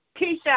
Keisha